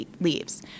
leaves